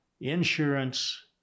insurance